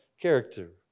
character